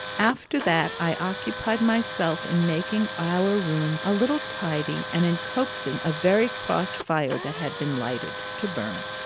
after that i occupied myself in making our room a little tidy and in coaxing a very cross fire that had been lighted to burn,